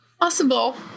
Possible